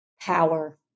power